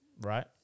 right